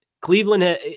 Cleveland